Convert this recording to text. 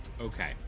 Okay